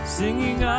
singing